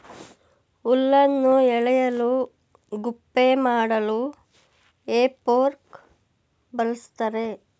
ಹುಲ್ಲನ್ನು ಎಳೆಯಲು ಗುಪ್ಪೆ ಮಾಡಲು ಹೇ ಫೋರ್ಕ್ ಬಳ್ಸತ್ತರೆ